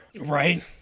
Right